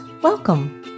Welcome